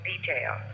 detail